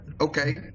okay